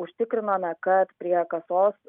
užtikrinome kad prie kasos